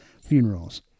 funerals